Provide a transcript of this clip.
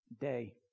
day